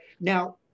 now